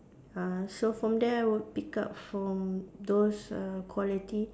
uh so from there I will pick up from those uh quality